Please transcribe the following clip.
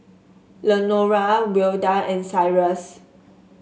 Lenora Wilda and Cyrus